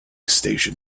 station